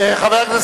נגד